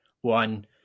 One